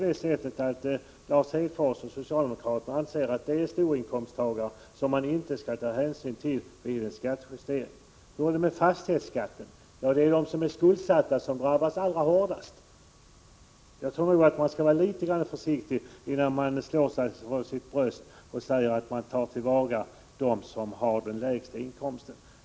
Anser Lars Hedfors och socialdemokraterna att de är höginkomsttagare, som man inte skall ta hänsyn till vid en skattejustering? Hur är det med fastighetsskatten? Ja, det är de som är skuldsatta som drabbas allra hårdast. Jag tror att man skall vara litet försiktig innan man slår sig för sitt bröst och säger att man tar till vara intressena för dem som har den lägsta inkomsten.